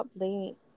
late